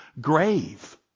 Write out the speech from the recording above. grave